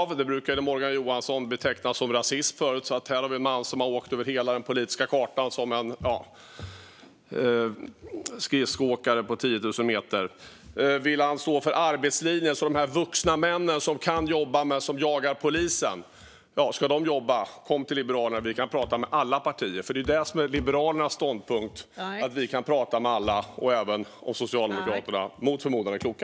Språkkrav brukade Morgan Johansson beteckna som rasism förut, så här har vi en man som åkt över hela den politiska kartan som en skridskoåkare på 10 000 meter. Vill han stå för arbetslinjen? De här vuxna männen som kan jobba men som jagar polisen, ska de jobba? Kom till Liberalerna! Vi kan prata med alla partier, för det är det som är Liberalernas ståndpunkt. Vi kan prata med alla - även med Socialdemokraterna om de mot förmodan är kloka.